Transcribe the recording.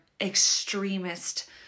extremist